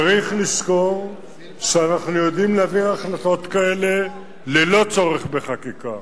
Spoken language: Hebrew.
צריך לזכור שאנחנו יודעים להעביר החלטות כאלה ללא צורך בחקיקה,